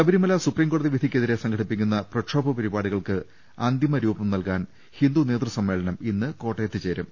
Sabarimala supreme കോടതി വിധിക്കെതിരെ സംഘടിപ്പിക്കുന്ന പ്രക്ഷോഭ പരിപാടികൾക്ക് അന്തിമ രൂപം നൽകാൻ ഹിന്ദു നേതൃസമ്മേളനം ഇന്ന് കോട്ടയത്ത് ചേരും